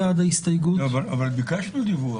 אבל ביקשנו דיווח.